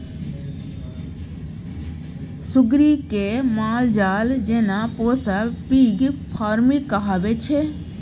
सुग्गरि केँ मालजाल जेना पोसब पिग फार्मिंग कहाबै छै